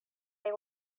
they